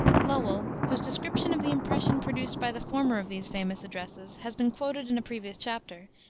lowell, whose description of the impression produced by the former of these famous addresses has been quoted in a previous chapter,